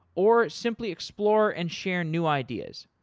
or, simply explore and share new ideas.